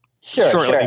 shortly